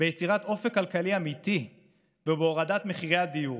ביצירת אופק כלכלי אמיתי ובהורדת מחירי הדיור,